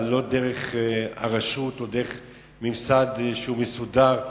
לא דרך הרשות או דרך ממסד שהוא מסודר,